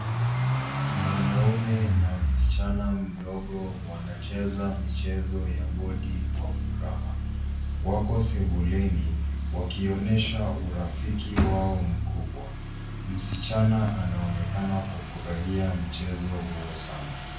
Mwanaume na msichana mdogo wanacheza mchezo ya bodi kwa furaha. Wako sebuleni, wakionyesha urafiki wao mkubwa. Msichana anaonekana kufurahia mchezo huo sana.